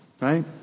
right